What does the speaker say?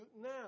now